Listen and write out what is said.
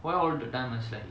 why all the time must like